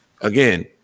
again